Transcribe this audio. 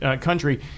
country